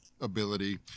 ability